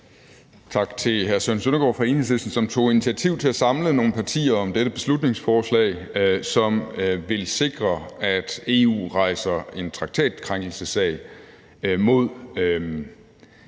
tak til hr. Søren Søndergaard fra Enhedslisten, som tog initiativ til at samle nogle partier om dette beslutningsforslag, som vil sikre, at EU rejser en traktatkrænkelsessag mod